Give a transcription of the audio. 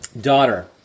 Daughter